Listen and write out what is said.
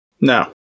No